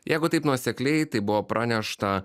jeigu taip nuosekliai tai buvo pranešta